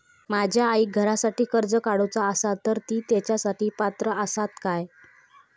माझ्या आईक घरासाठी कर्ज काढूचा असा तर ती तेच्यासाठी पात्र असात काय?